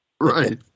Right